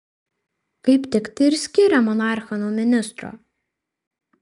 kaip tik tai ir skiria monarchą nuo ministro